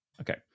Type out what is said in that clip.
Okay